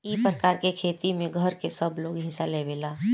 ई प्रकार के खेती में घर के सबलोग हिस्सा लेवेला